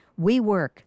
WeWork